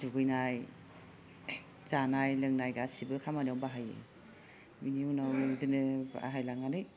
दुगैनाय जानाय लोंनाय गासिबो खामानियाव बाहायो बिनि उनावनो बिदिनो बाहायलांनानै